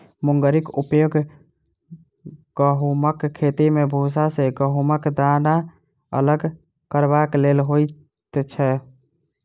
मुंगरीक उपयोग गहुमक खेती मे भूसा सॅ गहुमक दाना अलग करबाक लेल होइत छै